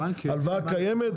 הלוואה קיימת,